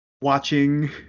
watching